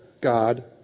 God